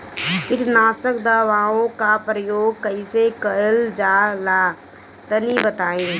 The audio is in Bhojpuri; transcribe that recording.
कीटनाशक दवाओं का प्रयोग कईसे कइल जा ला तनि बताई?